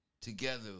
together